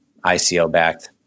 ICO-backed